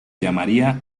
llamaría